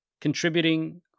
contributing